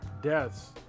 deaths